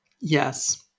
Yes